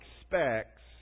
expects